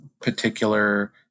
particular